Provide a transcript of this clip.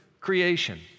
creation